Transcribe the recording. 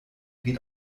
geht